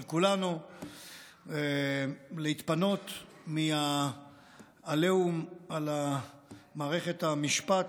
של כולנו להתפנות מהעליהום על מערכת המשפט,